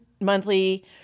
monthly